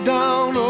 down